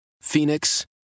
Phoenix